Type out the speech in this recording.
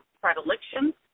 predilections